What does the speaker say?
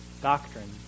doctrine